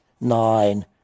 nine